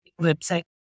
website